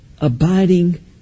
abiding